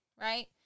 Right